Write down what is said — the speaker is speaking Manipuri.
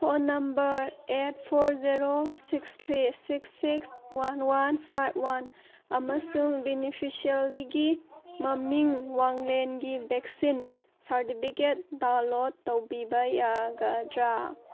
phone number eight four zero six three six six one one five one ꯑꯃꯁꯨꯡ ꯕꯤꯅꯤꯐꯤꯁꯔꯤꯒꯤ ꯃꯃꯤꯡ ꯋꯥꯡꯂꯦꯟꯒꯤ ꯚꯦꯛꯁꯤꯟ ꯁꯥꯔꯇꯤꯐꯤꯀꯦꯠ ꯗꯥꯎꯟꯂꯣꯠ ꯇꯧꯕꯤꯕ ꯌꯥꯒꯗ꯭ꯔꯥ